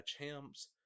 Champs